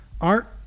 Art